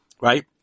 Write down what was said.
right